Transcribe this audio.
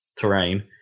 terrain